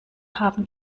haben